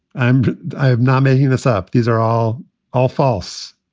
i'm i'm not making this up. these are all all false,